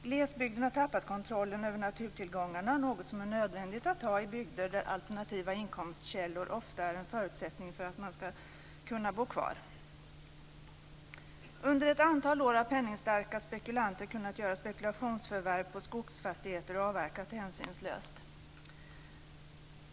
Glesbygden har tappat kontrollen över naturtillgångarna, något som är nödvändigt att ha i bygder där alternativa inkomstkällor ofta är en förutsättning för att man ska kunna bo kvar. Under ett antal år har penningstarka spekulanter kunnat göra spekulationsförvärv på skogsfastigheter och avverka hänsynslöst.